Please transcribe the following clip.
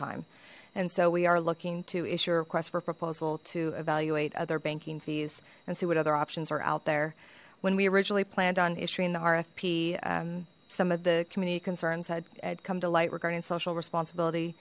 time and so we are looking to issue a request for proposal to evaluate other banking fees and see what other options are out there when we originally planned on issuing the rfp some of the community concerns had had come to light regarding social responsibility